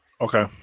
Okay